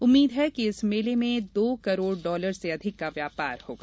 उम्मीद है कि इस मेले में दो करोड़ डॉलर से अधिक का व्यापार होगा